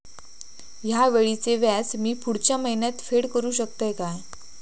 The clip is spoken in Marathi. हया वेळीचे व्याज मी पुढच्या महिन्यात फेड करू शकतय काय?